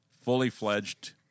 fully-fledged